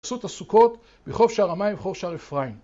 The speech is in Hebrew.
תעשו את הסוכות בחוף שער המים ובחוף שער אפרים